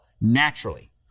naturally